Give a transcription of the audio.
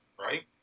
right